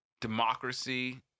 democracy